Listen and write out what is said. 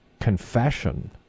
confession